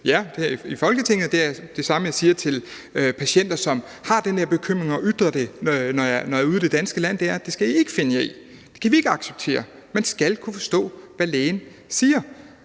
her i Folketinget, er det samme, som jeg siger til patienter, som har den her bekymring og ytrer det, når jeg er ude i det danske land, nemlig at det skal de ikke finde sig i; det kan vi ikke acceptere. Man skal kunne forstå, hvad lægen siger.